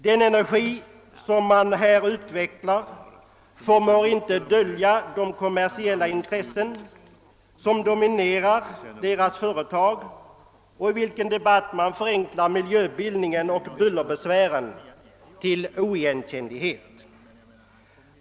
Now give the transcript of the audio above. Den energi som här utvecklas förmår inte dölja de kommersiella intressen som dominerar dessa företag. I debatten förenklas miljöskildringen och bullerbesvären till oigenkännlighet.